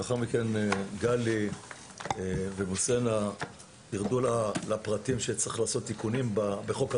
לאחר מכן גלי ובוסנה ירדו לפרטים שצריך לעשות תיקונים בהם חוק הרשות.